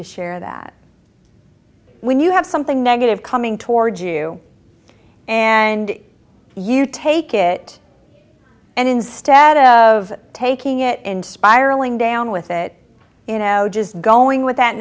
to share that when you have something negative coming towards you and you take it and instead of taking it and spiraling down with it you know just going with that